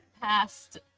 past